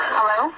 Hello